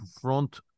front